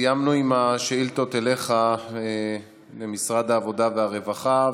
סיימנו עם השאילתות אליך למשרד העבודה והרווחה.